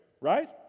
right